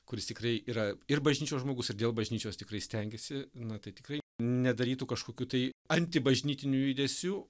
kuris tikrai yra ir bažnyčios žmogus ir dėl bažnyčios tikrai stengiasi na tai tikrai nedarytų kažkokių tai antibažnytinių judesių